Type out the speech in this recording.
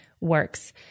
works